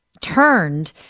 turned